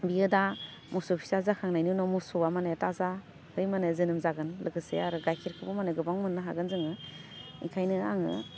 बियो दा मोसौ फिसा जाखांनायनि उनाव मोसौवा माने थाजाहै माने जोनोम जागोन लोगोसे आरो गाइखेरखौबो माने गोबां मोननो हागोन जोङो बेखायनो आङो